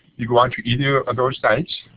you go on to either of those sites,